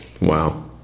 Wow